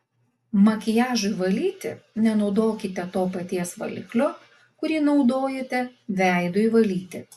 makiažui valyti nenaudokite to paties valiklio kurį naudojate veidui valyti